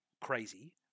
crazy